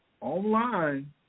online